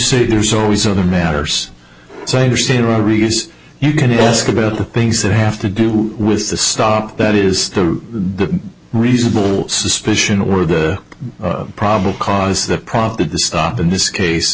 say there's always other matters so i understand robberies you can ask about the things that have to do with the stop that is the reasonable suspicion or the probable cause that prompted the stop in this case